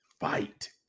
Fight